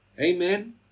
Amen